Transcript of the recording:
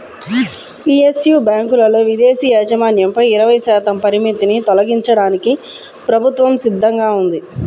PSU బ్యాంకులలో విదేశీ యాజమాన్యంపై ఇరవై శాతం పరిమితిని తొలగించడానికి ప్రభుత్వం సిద్ధంగా ఉంది